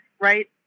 right